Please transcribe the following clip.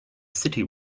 city